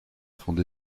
fondé